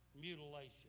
mutilation